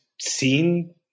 seen